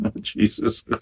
Jesus